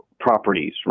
Properties